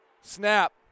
Snap